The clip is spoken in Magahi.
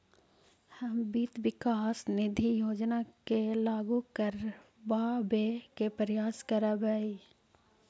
हम वित्त विकास निधि योजना के लागू करबाबे के प्रयास करबई